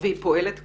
היא פועלת כבר?